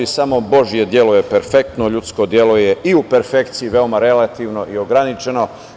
Samo Božije delo je perfektno, ljudsko delo je i u perfekciji veoma relativno i ograničeno.